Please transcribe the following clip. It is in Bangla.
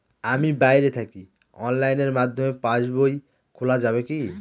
আমি বাইরে থাকি অনলাইনের মাধ্যমে পাস বই খোলা যাবে কি?